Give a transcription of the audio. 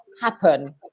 happen